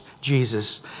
Jesus